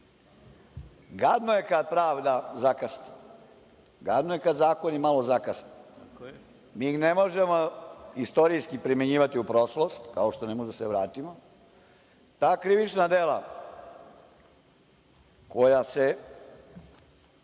Gadno je kad pravda zakasni, gadno je kad zakoni malo zakasne. Mi ne možemo istorijski primenjivati u prošlost, kao što ne može da se vrati, ta krivična dela koja će